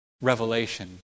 revelation